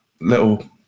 little